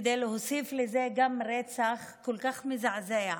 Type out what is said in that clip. כדי להוסיף לזה גם רצח כל כך מזעזע.